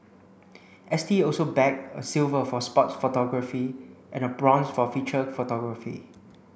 S T also bagged a silver for sports photography and a bronze for feature photography